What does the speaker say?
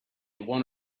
one